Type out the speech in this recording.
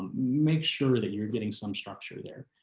make sure that you're getting some structure there.